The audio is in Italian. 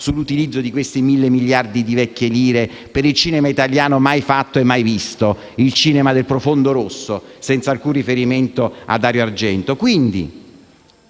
sull'utilizzo di questi mille miliardi di vecchie lire per il cinema italiano mai fatto e mai visto, il cinema del profondo rosso, senza alcun riferimento a Dario Argento.